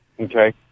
Okay